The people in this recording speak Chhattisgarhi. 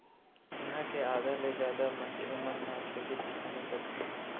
इहाँ के आधा ले जादा मनखे मन ह खेती किसानी करथे